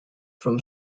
from